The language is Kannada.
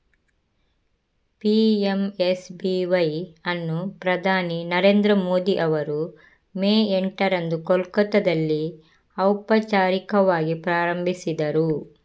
ಪಿ.ಎಂ.ಎಸ್.ಬಿ.ವೈ ಅನ್ನು ಪ್ರಧಾನಿ ನರೇಂದ್ರ ಮೋದಿ ಅವರು ಮೇ ಎಂಟರಂದು ಕೋಲ್ಕತ್ತಾದಲ್ಲಿ ಔಪಚಾರಿಕವಾಗಿ ಪ್ರಾರಂಭಿಸಿದರು